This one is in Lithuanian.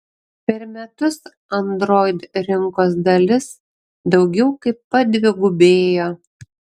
per metus android rinkos dalis daugiau kaip padvigubėjo